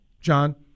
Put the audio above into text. John